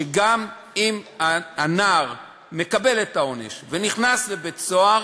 שגם אם הנער מקבל את העונש ונכנס לבית-סוהר,